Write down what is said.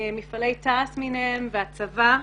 מפעלי תע"ש למיניהם והצבא.